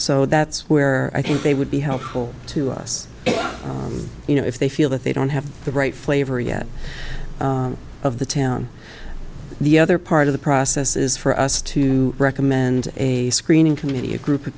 so that's where i think they would be helpful to us and you know if they feel that they don't have the right flavor yet of the town the other part of the process is for us to recommend a screening committee a group of